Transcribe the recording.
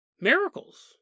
Miracles